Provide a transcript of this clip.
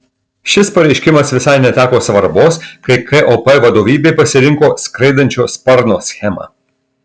šis pareiškimas visai neteko svarbos kai kop vadovybė pasirinko skraidančio sparno schemą